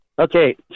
Okay